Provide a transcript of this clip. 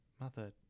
Mother